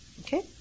Okay